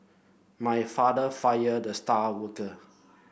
my father fired the star worker